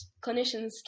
clinicians